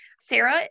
Sarah